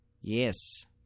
yes